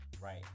Right